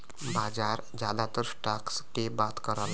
बाजार जादातर स्टॉक के बात करला